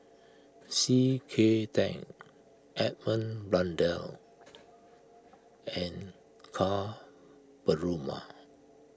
C K Tang Edmund Blundell and Ka Perumal